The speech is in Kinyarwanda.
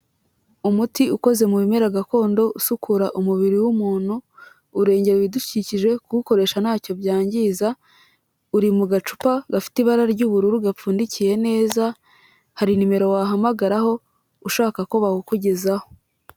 Umuti ukoze mu bimera gakondo usukura umubiri w'umuntu, urengera ibidukikije kuwukoresha ntacyo byangiza, uri mu gacupa gafite ibara ry'ubururu gapfundikiye neza hari nimero wahamagaraho ushaka ko bawukugezaho.